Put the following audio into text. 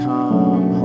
Come